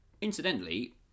Incidentally